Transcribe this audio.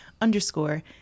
underscore